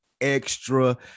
Extra